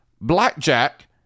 Blackjack